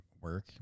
work